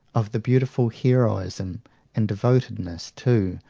of the beautiful heroism and devotedness too,